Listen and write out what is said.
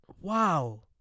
Wow